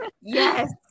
Yes